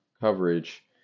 coverage